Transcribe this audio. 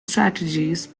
strategies